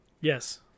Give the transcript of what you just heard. Yes